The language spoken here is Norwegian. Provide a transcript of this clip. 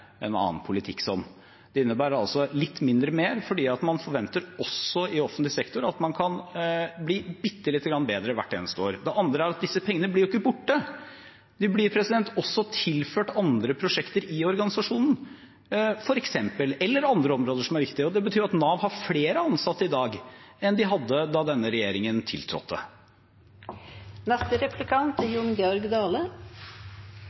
offentlig sektor forventer at man kan bli bitte lite grann bedre hvert eneste år. Det andre er at disse pengene blir jo ikke borte. De blir tilført andre prosjekter i organisasjonen, f.eks., eller andre områder som er viktige. Det betyr at Nav har flere ansatte i dag enn de hadde da denne regjeringen tiltrådte.